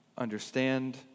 understand